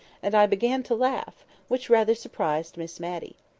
and i began to laugh, which rather surprised miss matty.